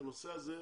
שהנושא הזה מטופל,